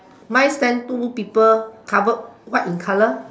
mine stand two people covered white in color